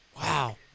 Wow